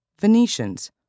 Venetians